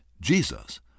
Jesus